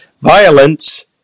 violence